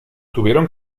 tuvieron